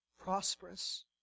prosperous